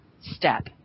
step